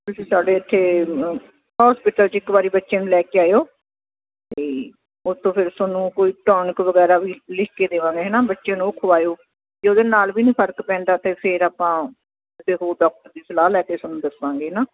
ਤੁਸੀਂ ਸਾਡੇ ਇੱਥੇ ਹੋਸਪਿਟਲ 'ਚ ਇੱਕ ਵਾਰ ਬੱਚਿਆਂ ਨੂੰ ਲੈ ਕੇ ਆਇਓ ਅਤੇ ਉਸ ਤੋਂ ਫਿਰ ਤੁਹਾਨੂੰ ਕੋਈ ਟੋਨਿਕ ਵਗੈਰਾ ਵੀ ਲਿਖ ਕੇ ਦੇਵਾਂਗੇ ਹੈਨਾ ਬੱਚੇ ਨੂੰ ਉਹ ਖਿਲਾਇਓ ਜੇ ਉਹਦੇ ਨਾਲ ਵੀ ਨਹੀਂ ਫ਼ਰਕ ਪੈਂਦਾ ਤਾਂ ਫਿਰ ਆਪਾਂ ਕਿਸੇ ਹੋਰ ਡਾਕਟਰ ਦੀ ਸਲਾਹ ਲੈ ਕੇ ਤੁਹਾਨੂੰ ਦੱਸਾਂਗੇ ਨਾ